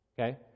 okay